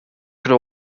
could